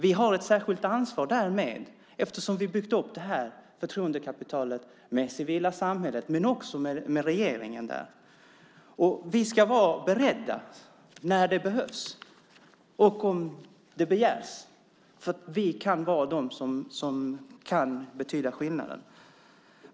Vi har ett särskilt ansvar, eftersom vi byggt upp förtroendekapitalet gentemot det civila samhället men också gentemot regeringen. Vi måste vara beredda när och om hjälp behövs eller begärs. Vi kan betyda skillnaden.